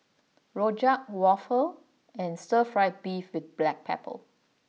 Rojak Waffle and Stir Fry Beef with Black Pepper